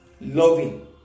Loving